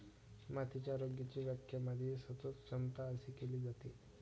मातीच्या आरोग्याची व्याख्या मातीची सतत क्षमता अशी केली जाते